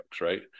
right